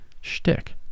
shtick